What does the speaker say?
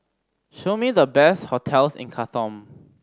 show me the best hotels in Khartoum